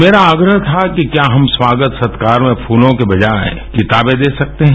मेरा आग्रह था कि क्या हम स्वागत सत्कार और फलो की बजाय किताबें दे सकते हैं